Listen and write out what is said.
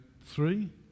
Three